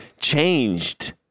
changed